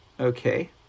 Okay